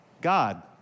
God